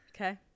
Okay